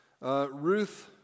Ruth